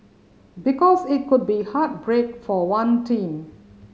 because it could be heartbreak for one team